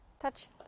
Touch